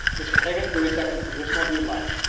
mister haggit, thirty seconds additional if you'd like.